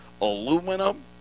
aluminum